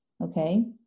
okay